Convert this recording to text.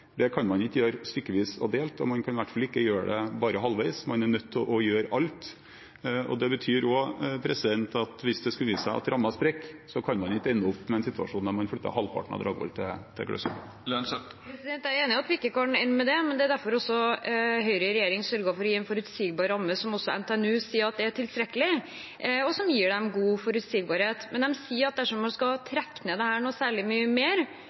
Det kan man ikke gjøre stykkevis og delt. Man kan i hvert fall ikke gjøre det bare halvveis, man er nødt til å gjøre alt. Det betyr også at hvis det skulle vise seg at rammen sprekker, kan man ikke ende opp med en situasjon der man flytter halvparten av Dragvoll til Gløshaugen. Jeg er enig i at vi ikke kan ende med det, men det er derfor Høyre i regjering sørget for å gi en forutsigbar ramme som også NTNU sier at er tilstrekkelig, og som gir dem god forutsigbarhet. Men de sier at dersom man skal trekke dette ned særlig mye mer,